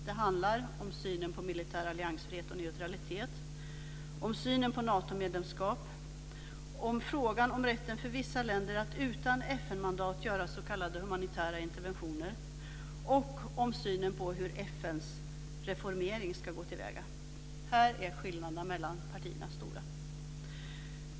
Det handlar om synen på militär alliansfrihet och neutralitet, om synen på Natomedlemskap, om frågan om rätten för vissa länder att utan FN-mandat göra s.k. humanitära interventioner och om synen på hur man ska gå till väga vid FN:s reformering. Här är skillnaderna mellan partierna stora.